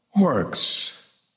works